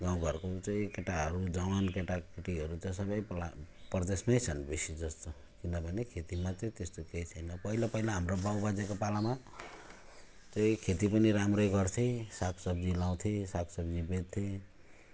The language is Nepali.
गाउँ घरको केटाहरू चाहिँ जवान केटा केटीहरू त सबै प्ला परदेशमै छन् बेसी जस्तो किनभने खेतीमा त त्यस्तो केही थिएन पहिला पहिला हाम्रो बाउ बाजेको पालामा त खेती पनि राम्रै गर्थेँ साग सब्जी लगाउँथे साग सब्जी बेच्थेँ